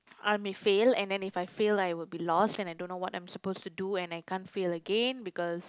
I may fail and then if I fail like I would be lost and I don't know what I'm supposed to do and I can't fail again because